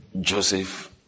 Joseph